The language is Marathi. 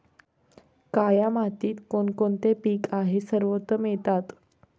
काया मातीत कोणते कोणते पीक आहे सर्वोत्तम येतात?